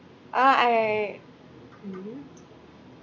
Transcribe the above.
ah I mm I